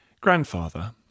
grandfather